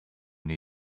new